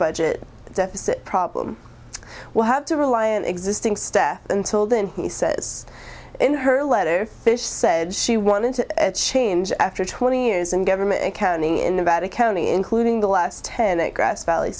budget deficit problem will have to rely on existing staff until then he says in her letter fish said she wanted to change after twenty years in government accounting in nevada county including the last tenant grass valley